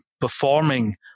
performing